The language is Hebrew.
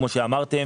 כמו שאמרתם,